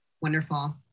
Wonderful